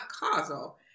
causal